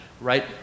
right